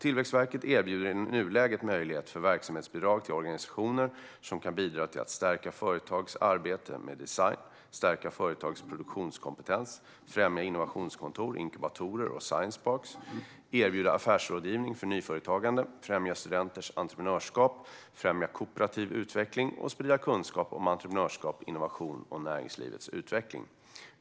Tillväxtverket erbjuder i nuläget möjlighet för verksamhetsbidrag till organisationer som kan bidra till att stärka företags arbete med design, stärka företags produktionskompetens, främja innovationskontor, inkubatorer och science parks, erbjuda affärsrådgivning för nyföretagande, främja studenters entreprenörskap, främja kooperativ utveckling och sprida kunskap om entreprenörskap, innovation och näringslivets utveckling.